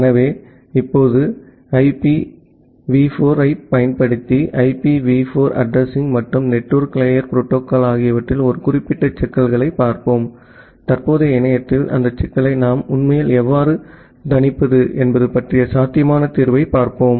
எனவே இப்போது ஐபிவி 4 ஐப் பயன்படுத்தி ஐபிவி 4 அட்ரஸிங் மற்றும் நெட்வொர்க் லேயர் புரோட்டோகால் ஆகியவற்றில் ஒரு குறிப்பிட்ட சிக்கல்களைப் பார்ப்போம் தற்போதைய இணையத்தில் அந்த சிக்கலை நாம் உண்மையில் எவ்வாறு தணிப்பது என்பது பற்றிய சாத்தியமான தீர்வைப் பார்ப்போம்